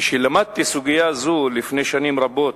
כשלמדתי סוגיה זו לפני שנים רבות,